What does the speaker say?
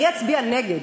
אני אצביע נגד.